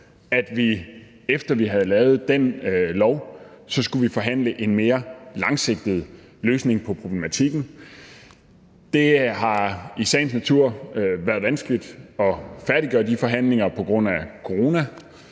vi, efter vi havde lavet den lov, så skulle forhandle om en mere langsigtet løsning på problematikken. Det har i sagens natur været vanskeligt at færdiggøre de forhandlinger på grund af corona